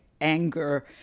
anger